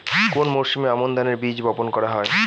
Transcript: কোন মরশুমে আমন ধানের বীজ বপন করা হয়?